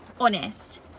honest